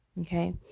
Okay